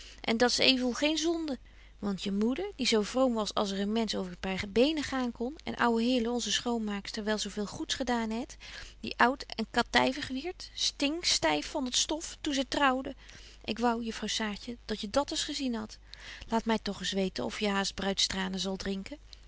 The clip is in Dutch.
en dat's evel geen zonde want je moeder die zo vroom was als er een mensch over een paar benen gaan kon en ouwe hille onze schoonmaakster wel zo veel goeds gedaan het die oud en katyvig wierdt sting styf van t stof toen zy trouwde ik wou juffrouw saartje dat je dat eens gezien hadt laat my tog eens weten of je haast bruidstranen zal drinken